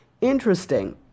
Interesting